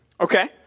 Okay